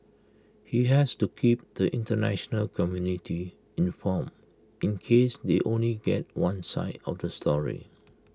he has to keep the International community informed in case they only get one side of the story